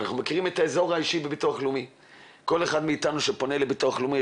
--- מהי הפריסה ולתת לכם תשובה על